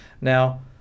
Now